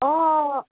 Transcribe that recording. অঁ অঁ